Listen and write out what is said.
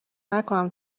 نکنم